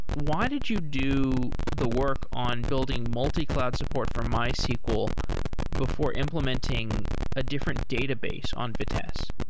why did you do the work on building multi-cloud support for mysql before implementing a different database on vitess?